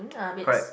correct